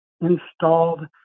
installed